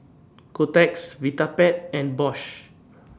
Kotex Vitapet and Bosch